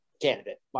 candidate